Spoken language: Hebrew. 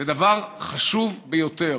זה דבר חשוב ביותר,